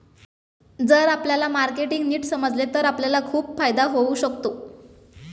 जर आपल्याला मार्केटिंग नीट समजले तर आपल्याला खूप फायदा होऊ शकतो